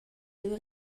siu